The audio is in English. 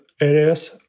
areas